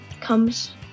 comes